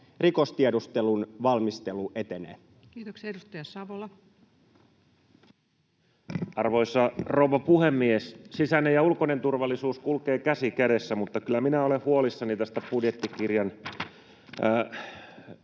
rikostiedustelun valmistelu etenee? Kiitoksia. — Edustaja Savola. Arvoisa rouva puhemies! Sisäinen ja ulkoinen turvallisuus kulkevat käsi kädessä, mutta kyllä minä olen huolissani näistä budjettikirjan